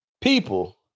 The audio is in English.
people